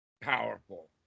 powerful